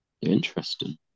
Interesting